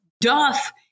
duff